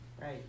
right